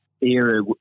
era